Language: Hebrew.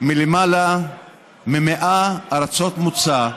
מלמעלה מ-100 ארצות מוצא,